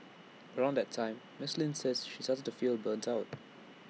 around that time miss Lin says she started to feel burnt out